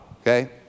okay